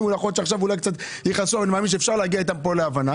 עכשיו קצת יכעסו אבל אני מאמין שאפשר להגיע איתם להבנה